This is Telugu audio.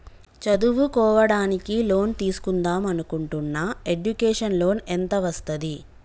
చదువుకోవడానికి లోన్ తీస్కుందాం అనుకుంటున్నా ఎడ్యుకేషన్ లోన్ ఎంత వస్తది?